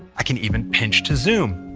i can even pinch to zoom.